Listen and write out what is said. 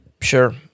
Sure